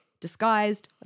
disguised